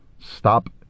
stop